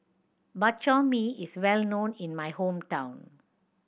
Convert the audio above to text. Bak Chor Mee is well known in my hometown